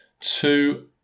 Two